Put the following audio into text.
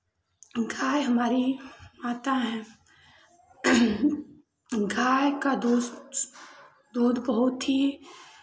गाय हमारी माता हैं गाय का दूस दूध बहुत ही